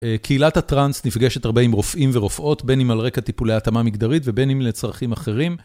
קהילת הטראנס נפגשת הרבה עם רופאים ורופאות, בין אם על רקע טיפולי התאמה מגדרית ובין אם לצרכים אחרים.